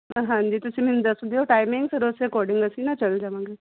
ਅ ਹਾਂਜੀ ਤੁਸੀਂ ਮੈਨੂੰ ਦੱਸ ਦਿਓ ਟਾਈਮਿੰਗ ਫਿਰ ਉਸ ਦੇ ਅਕੋਰਡਿੰਗ ਅਸੀਂ ਨਾ ਚੱਲ ਜਾਵਾਂਗੇ